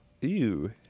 Ew